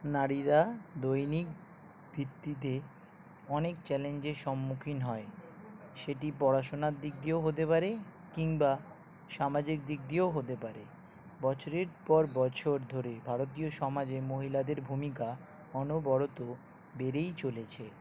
নারীরা দৈনিক ভিত্তিতে অনেক চ্যালেঞ্জের সম্মুখীন হয় সেটি পড়াশোনার দিক দিয়েও হতে পারে কিংবা সামাজিক দিক দিয়েও হতে পারে বছরের পর বছর ধরে ভারতীয় সমাজে মহিলাদের ভূমিকা অনবরত বেড়েই চলেছে